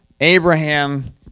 Abraham